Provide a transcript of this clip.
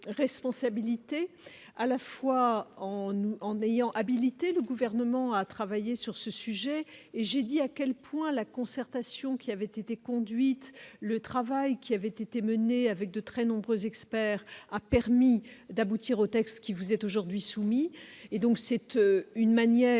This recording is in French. en nous, en ayant habilité le gouvernement a travaillé sur ce sujet et j'ai dit à quel point la concertation qui avait été conduite le travail qui avait été menée avec de très nombreux experts a permis d'aboutir au texte qui vous est aujourd'hui soumis, et donc cette une manière